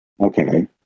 Okay